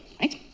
right